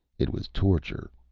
it was torture,